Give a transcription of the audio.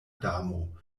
damo